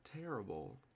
terrible